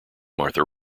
martha